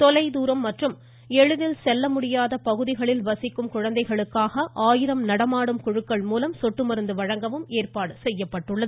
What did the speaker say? தொலைதூரம் மற்றும் எளிதில் செல்ல முடியாத பகுதிகளில் வசிக்கும் குழந்தைகளுக்காக ஆயிரம் நடமாடும் குழுக்கள் மூலமாக சொட்டு மருந்து வழங்கவும் ஏற்பாடு செய்யப்பட்டுள்ளது